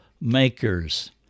makers